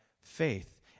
faith